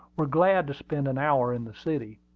were glad to spend an hour in the city.